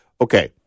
okay